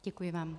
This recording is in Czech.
Děkuji vám.